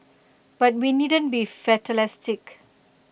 but we needn't be fatalistic